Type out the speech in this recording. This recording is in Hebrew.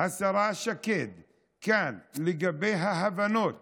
השרה שקד כאן לגבי ההבנות